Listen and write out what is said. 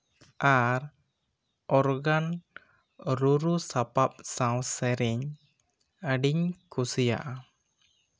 ᱟᱨ ᱚᱨᱜᱟᱱ ᱨᱩᱨᱩ ᱥᱟᱯᱟᱵ ᱥᱟᱶ ᱥᱮᱹᱨᱮᱹᱧ ᱟᱰᱤᱧ ᱠᱩᱥᱤᱭᱟᱜᱼᱟ